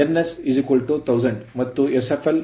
ಆದ್ದರಿಂದ 970 rpm ಬರುತ್ತದೆ